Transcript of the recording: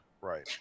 Right